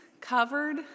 covered